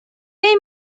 این